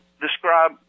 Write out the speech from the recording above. describe